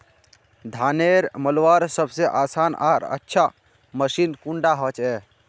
धानेर मलवार सबसे आसान आर अच्छा मशीन कुन डा होचए?